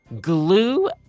Glue